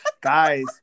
Guys